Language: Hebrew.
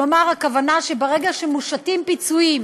כלומר, הכוונה שברגע שמושתים פיצויים